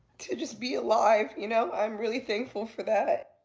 to just be alive, you know? i'm really thankful for that.